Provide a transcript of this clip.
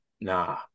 nah